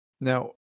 Now